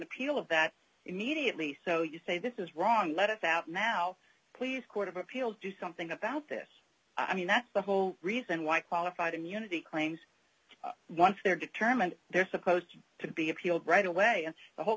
appeal of that immediately so you say this is wrong let it out now please court of appeal do something about this i mean that's the whole reason why qualified immunity claims once they're determined they're supposed to be appealed right away and the whole